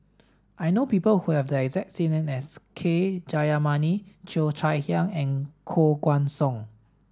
I know people who have the exact as K Jayamani Cheo Chai Hiang and Koh Guan Song